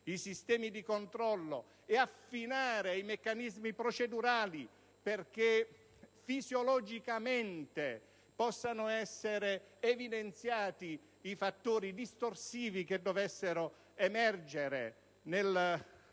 i sistemi di controllo, nonché affinare i meccanismi procedurali affinché fisiologicamente possano essere evidenziati i fattori distorsivi che dovessero emergere